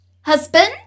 Husband